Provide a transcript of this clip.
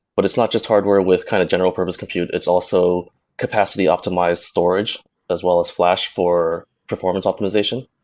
but it's not just hardware with kind of general purpose compute. it's also capacity optimized storage as well as flash for performance optimization,